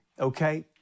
Okay